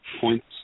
points